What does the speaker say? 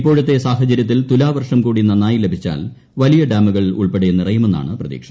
ഇപ്പോഴത്തെ സാഹര്യത്തിൽ തുലാവർഷം കൂടി നന്നായി ലഭിച്ചാൽ വലിയ ഡാമുകൾ ഉൾപ്പെടെ നിറയുമെന്നാണ് പ്രതീക്ഷ